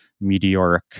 meteoric